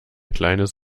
kleines